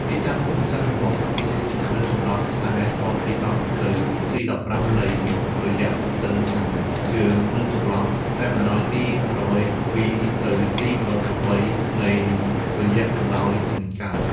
ទីតាំងភូមិសាស្ត្ររបស់កម្ពុជាស្ថិតនៅចន្លោះខ្សែស្របទី១០ ទៅទី១៥ នៃរយៈទទឹងខាងជើង និងចន្លោះខ្សែបណ្តោយទី១០២ ទៅទី១០៨ នៃរយៈបណ្តោយខាងកើត។